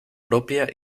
propia